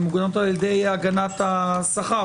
הן מוגנות על-ידי הגנת השכר.